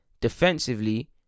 Defensively